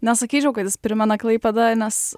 nesakyčiau kad jis primena klaipėdą nes